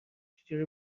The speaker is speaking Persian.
چجوری